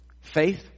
faith